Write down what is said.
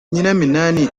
nyiraminani